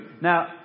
Now